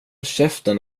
käften